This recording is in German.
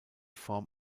form